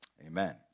Amen